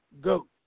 goat